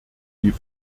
die